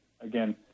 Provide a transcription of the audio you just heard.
Again